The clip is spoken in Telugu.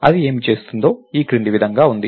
అది ఏమి చేస్తుందో ఈ క్రింది విధంగా ఉంది